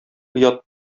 оят